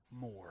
more